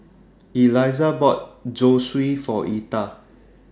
Elyssa bought Zosui For Etha